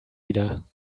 wieder